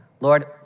Lord